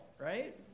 right